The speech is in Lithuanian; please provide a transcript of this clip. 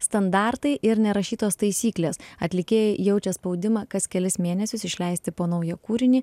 standartai ir nerašytos taisyklės atlikėjai jaučia spaudimą kas kelis mėnesius išleisti po naują kūrinį